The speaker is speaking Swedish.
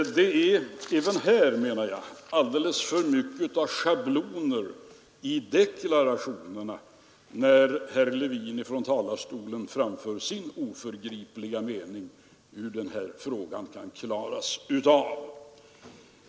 Det är även här, menar jag, alldeles för mycket av schabloner i deklarationerna, när herr Levin från talarstolen framför sin oförgripliga mening om hur den här frågan kan klaras av.